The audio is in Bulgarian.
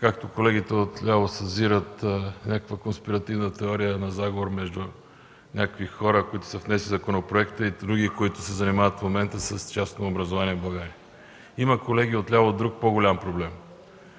както колегите от ляво съзират някаква конспиративна теория за заговор между някакви хора, които са внесли законопроекта, и други, които се занимават с частно образование в България. Колеги от ляво, има друг, по-голям проблем.